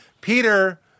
Peter